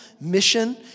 mission